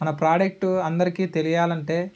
మన ప్రోడక్టు అందరికీ తెలియాలి అంటే